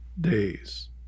days